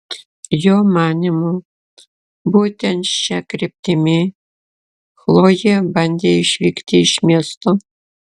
jo manymu būtent šia kryptimi chlojė bandė išvykti iš miesto